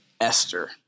Esther